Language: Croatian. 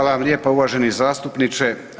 lijepa, uvaženi zastupniče.